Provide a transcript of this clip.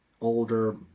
older